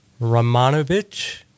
Romanovich